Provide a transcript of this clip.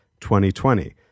2020